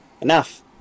Enough